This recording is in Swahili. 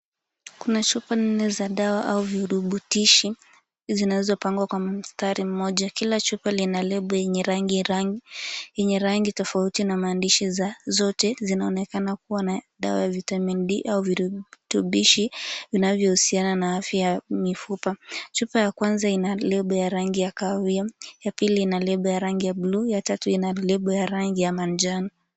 Kuna chupa nne za dawa ama virubutishi vinavyopangwa kwenye mstari mmoja. Kila chupa kina lebo yenye rangi tofauti na maandishi zote zinaonekena kuwa na dawa ya vitamin D au virutubishi vinavyohusiana na afya ya mifupa. Chupa ya kwanza ina lebo ya rangi ya kahawia, ya pili ina lebo ya rangi ya bluu, ya tatu ina lebo ya rangi ya manjano.